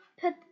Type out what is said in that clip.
put